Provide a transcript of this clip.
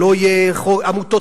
שלא יהיו עמותות?